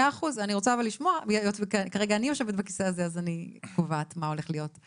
כרגע אני יושבת בכיסא הזה אז אני קובעת מה הולך להיות,